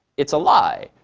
it's a lie.